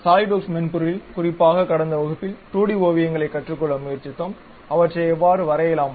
SolidWorks மென்பொருளில் குறிப்பாக கடந்த வகுப்பில் 2 டி ஓவியங்களை கற்றுக்கொள்ள முயற்சித்தோம் அவற்றை எவ்வாறு வரையலாம்